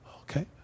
Okay